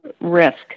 risk